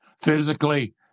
physically